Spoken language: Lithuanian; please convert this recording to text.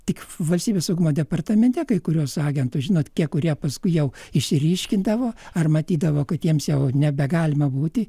tik valstybės saugumo departamente kai kuriuos agentus žinot tie kurie paskui jau išsiryškindavo ar matydavo kad jiems jau nebegalima būti